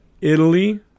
Italy